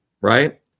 right